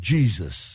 Jesus